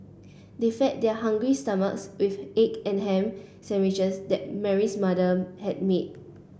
they fed their hungry stomachs with egg and ham sandwiches that Mary's mother had made